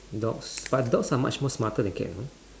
dogs but dogs are much more smarter than cats you know